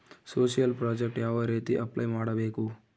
Social project ಯಾವ ರೇತಿ apply ಮಾಡಬೇಕು?